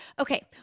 okay